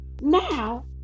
now